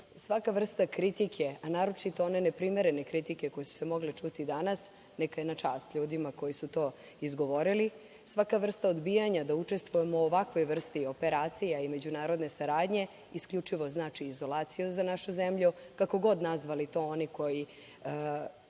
vrsta kritike, a naročito one neprimerene kritike koje su se mogle čuti danas, neka je na čast ljudima koji su to izgovorili. Svaka vrsta odbijanja da učestvujemo u ovakvoj vrsti operacija i međunarodne saradnje isključivo znači izolaciju za našu zemlju, kako god nazvali to oni koji